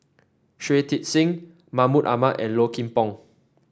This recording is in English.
Shui Tit Sing Mahmud Ahmad and Low Kim Pong